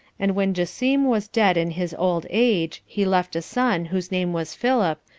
and when jacim was dead in his old age, he left a son, whose name was philip,